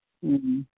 ᱦᱮᱸ